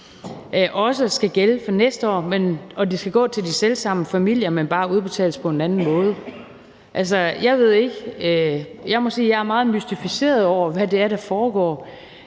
også skal gælde for næste år, og at det skal gå til de selv samme familier, men bare udbetales på en anden måde. Jeg må sige, at jeg er meget mystificeret over, hvad det er, der foregår.